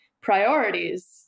priorities